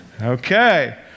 Okay